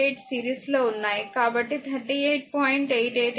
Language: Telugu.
888 సిరీస్లో వున్నాయి కాబట్టి 38